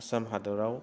आसाम हादराव